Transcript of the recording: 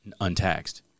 untaxed